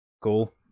Cool